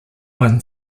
won